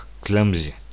clumsy